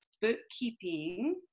bookkeeping